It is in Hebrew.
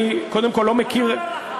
אני קודם כול לא מכיר, אני אומר לך.